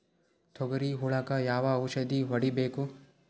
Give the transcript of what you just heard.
ತೊಗರಿ ಹುಳಕ ಯಾವ ಔಷಧಿ ಹೋಡಿಬೇಕು?